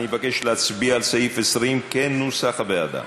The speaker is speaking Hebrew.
אני מבקש להצביע על סעיף 20 כנוסח הוועדה.